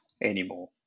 anymore